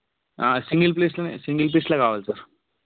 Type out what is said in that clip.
single పీస్లోనే single పీస్లో కావాలి సార్